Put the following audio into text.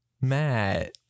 Matt